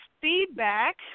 feedback